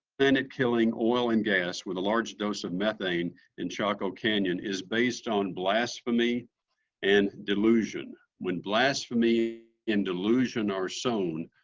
planet-killing oil and gas with a large dose of methane in chaco canyon is based on blasphemy and delusion. when blasphemy and delusion are sown,